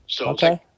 Okay